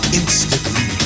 instantly